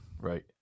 Right